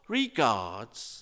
regards